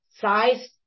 size